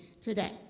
today